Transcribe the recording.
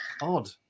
odd